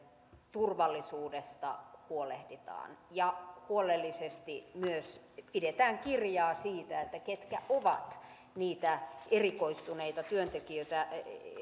turvallisuudesta huolehditaan ja huolellisesti myös pidetään kirjaa siitä ketkä ovat niitä erikoistuneita työntekijöitä